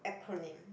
acronym